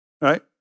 right